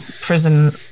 prison